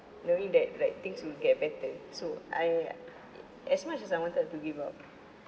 knowing that like things will get better so I as much as I wanted to give up